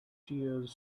tears